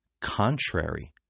contrary